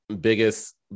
biggest